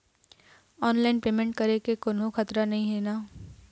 Online payment करे ले कोन्हो खतरा त नई हे न?